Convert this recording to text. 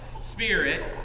spirit